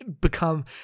become